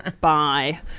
Bye